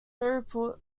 throughput